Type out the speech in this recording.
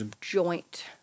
joint